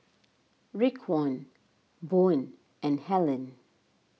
Raekwon Boone and Hellen